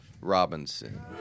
Robinson